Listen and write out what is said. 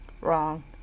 wrong